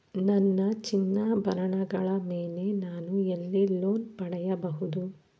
ನನ್ನ ಚಿನ್ನಾಭರಣಗಳ ಮೇಲೆ ನಾನು ಎಲ್ಲಿ ಲೋನ್ ಪಡೆಯಬಹುದು?